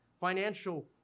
Financial